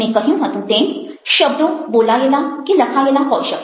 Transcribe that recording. મેં કહ્યું હતું તેમ શબ્દો બોલાયેલા કે લખાયેલા હોઈ શકે